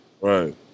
Right